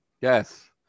Yes